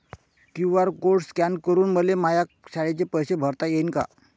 QR code scan करून मले माया शाळेचे पैसे भरता येईन का?